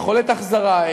יכולת החזרה,